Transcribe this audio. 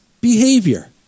behavior